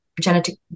genetic